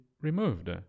removed